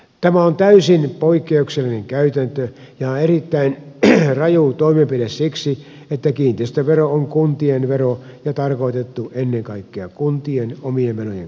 tämä on täysin poikkeuksellinen käytäntö ja erittäin raju toimenpide siksi että kiinteistövero on kuntien vero ja tarkoitettu ennen kaikkea kuntien omien menojen kattamiseen